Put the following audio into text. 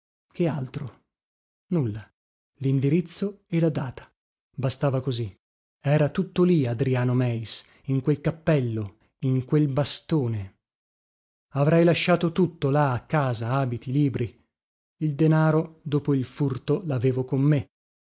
che altro nulla lindirizzo e la data bastava così era tutto lì adriano meis in quel cappello in quel bastone avrei lasciato tutto là a casa abiti libri il denaro dopo il furto lavevo con me